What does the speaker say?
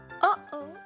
Uh-oh